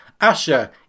Asha